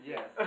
Yes